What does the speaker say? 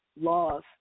laws